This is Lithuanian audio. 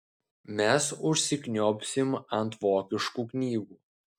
mes užsikniaubsim ant vokiškų knygų